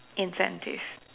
incentive